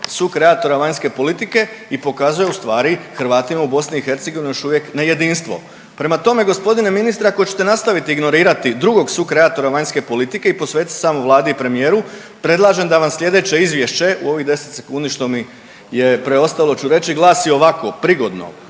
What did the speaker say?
sukreatora vanjske politike i pokazuje u stvari Hrvatima u BiH još uvijek nejedinstvo. Prema tome, gospodine ministre ako ćete nastaviti ignorirati drugo sukreatora vanjske politike i posvetiti se samo Vladi i premijeru predlažem da vam sljedeće izvješće u ovih 10 sekundi što mi je preostalo ću reć glasi ovako prigodno: